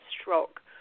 stroke